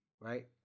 right